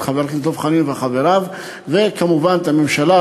את חבר הכנסת דב חנין וחבריו, וכמובן את הממשלה,